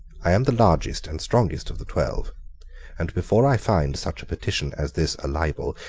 i am the largest and strongest of the twelve and before i find such a petition as this a libel,